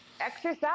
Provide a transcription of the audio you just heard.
Exercise